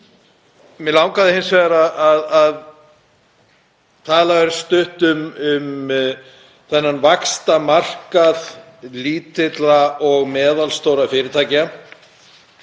Mig langaði hins vegar að tala örstutt um þennan vaxtamarkað lítilla og meðalstórra fyrirtækja,